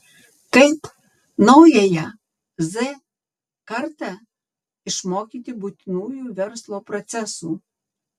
kaip naująją z kartą išmokyti būtinųjų verslo procesų